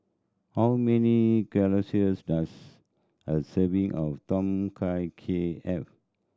how many does a serving of Tom Kha Kai have